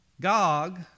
Gog